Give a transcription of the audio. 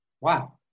wow